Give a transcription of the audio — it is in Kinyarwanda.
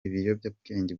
ibiyobyabwenge